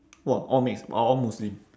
!wah! all mixed all all muslim